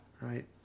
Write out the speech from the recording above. right